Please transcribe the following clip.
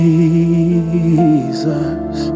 Jesus